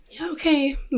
Okay